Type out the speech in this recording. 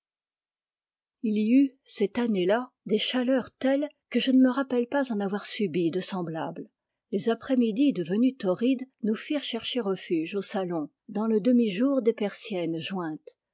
eut cette année-là des chaleurs telles que je ne me rappelle pas en avoir subi de semblables les après midis devenus tor rides nous firent chercher refuge au salon dans le demi-jour des persiennes jointes